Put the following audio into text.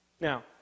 now